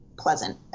Pleasant